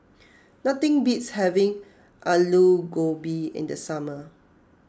nothing beats having Aloo Gobi in the summer